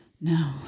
No